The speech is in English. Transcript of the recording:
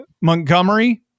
Montgomery